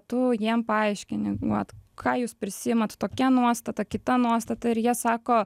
tu jiem paaiškini vat ką jūs prisiimat tokia nuostata kita nuostata ir jie sako